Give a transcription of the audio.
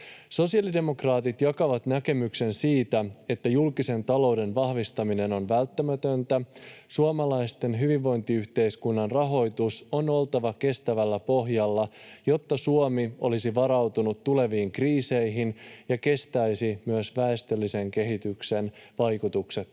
Sosiaalidemokraatit jakavat näkemyksen siitä, että julkisen talouden vahvistaminen on välttämätöntä. Suomalaisen hyvinvointiyhteiskunnan rahoituksen on oltava kestävällä pohjalla, jotta Suomi olisi varautunut tuleviin kriiseihin ja kestäisi myös väestöllisen kehityksen vaikutukset